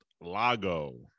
Lago